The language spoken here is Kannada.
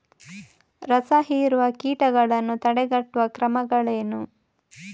ರಸಹೀರುವ ಕೀಟಗಳನ್ನು ತಡೆಗಟ್ಟುವ ಕ್ರಮಗಳೇನು?